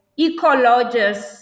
ecologists